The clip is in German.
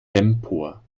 empor